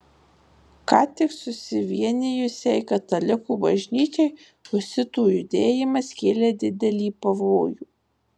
ką tik susivienijusiai katalikų bažnyčiai husitų judėjimas kėlė didelį pavojų